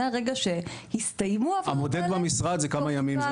מהרגע שהסתיימו העבודות האלה --- המודד במשרד זה כמה ימים,